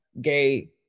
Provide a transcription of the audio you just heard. gay